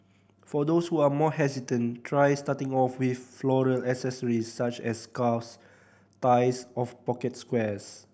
for those who are more hesitant try starting off with floral accessories such as scarves ties of pocket squares